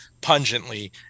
pungently